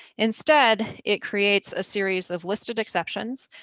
instead, it creates a series of listed exceptions.